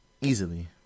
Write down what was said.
Easily